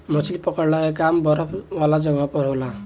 मछली पकड़ला के काम बरफ वाला जगह पर होला